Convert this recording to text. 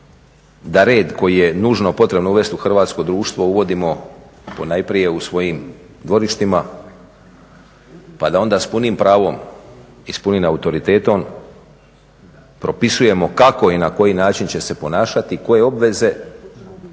da red koji je nužno potrebno uvesti u hrvatsko društvo uvodimo ponajprije u svojim dvorištima, pa da onda s punim pravom i s punim autoritetom propisujemo kako i na koji način će se ponašati i koje obveze